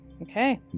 Okay